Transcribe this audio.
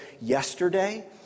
yesterday